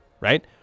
right